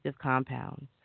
compounds